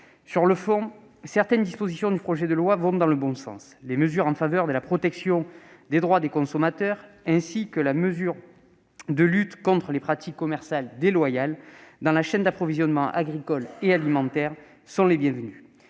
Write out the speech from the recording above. Sur le fond, certaines de ses dispositions vont dans le bon sens. Les mesures en faveur de la protection des droits des consommateurs, ainsi que les mesures de lutte contre les pratiques commerciales déloyales dans la chaîne d'approvisionnement agricole et alimentaire sont les bienvenues.